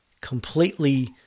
completely